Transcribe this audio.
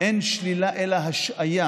אין שלילה מהנאשם אלא השעיה.